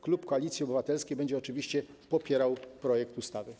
Klub Koalicji Obywatelskiej będzie oczywiście popierał projekt ustawy.